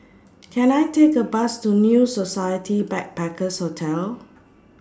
Can I Take A Bus to New Society Backpackers' Hotel